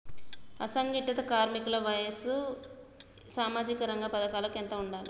అసంఘటిత కార్మికుల వయసు సామాజిక రంగ పథకాలకు ఎంత ఉండాలే?